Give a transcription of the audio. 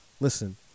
listen